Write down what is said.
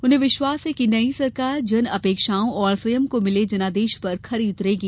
उन्हें विश्वास है कि नयी सरकार जन अपेक्षाओं और स्वयं को मिले जनादेश पर खरी उतरेगी